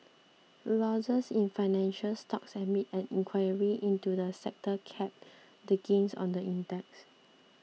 losses in financial stocks amid an inquiry into the sector capped the gains on the index